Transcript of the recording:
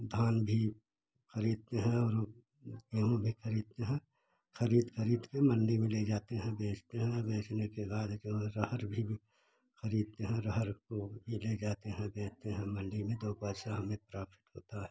धान भी खरीदते हैं और गेहूँ भी खरीदते हैं खरीद खरीद के मंडी में ले जाते हैं बेचते हैं और बेचने के बाद जो अरहर भी खरीदते हैं अरहर को ये ले जाते हैं बेचते हैं मंडी में दो पैसा हमें प्राप्त होता है